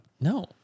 No